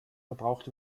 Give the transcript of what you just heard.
verbraucht